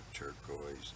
Turquoise